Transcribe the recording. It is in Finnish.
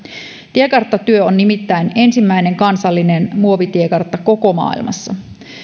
tiekarttatyö on nimittäin ensimmäinen kansallinen muovitiekartta koko maailmassa